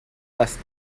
less